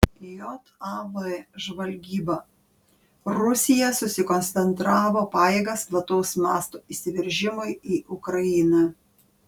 jav žvalgyba rusija sukoncentravo pajėgas plataus mąsto įsiveržimui į ukrainą